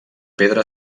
pedra